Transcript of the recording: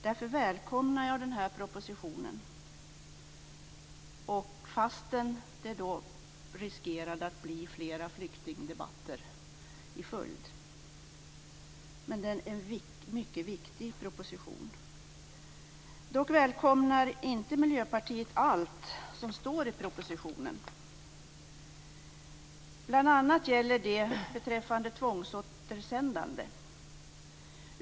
Därför välkomnar jag den här propositionen, fastän det riskerar att bli flera flyktingdebatter i följd. Det är en mycket viktig proposition. Dock välkomnar inte Miljöpartiet allt som står i propositionen. Det gäller bl.a. tvångsåtersändande.